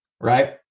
Right